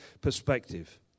perspective